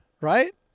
right